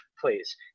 please